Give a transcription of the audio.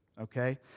okay